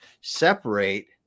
separate